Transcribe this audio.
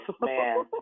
Man